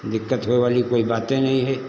दिक्कत होए वाली कोई बात नहीं है